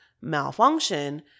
malfunction